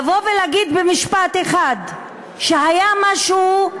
לבוא ולהגיד במשפט אחד שהיה משהו,